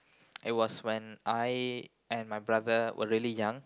I was when I and my brother were really young